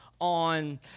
on